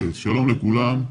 שלום לכולם.